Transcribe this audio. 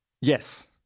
yes